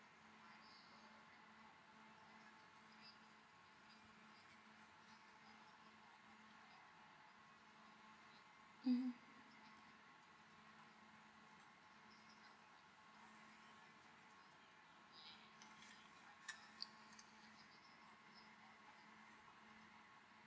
mmhmm